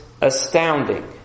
astounding